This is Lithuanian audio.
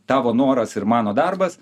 tavo noras ir mano darbas